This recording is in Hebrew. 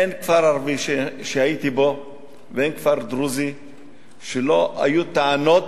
אין כפר ערבי שהייתי בו ואין כפר דרוזי שלא היו טענות,